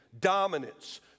dominance